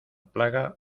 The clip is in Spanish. plaga